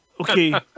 okay